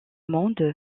monde